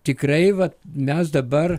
tikrai va mes dabar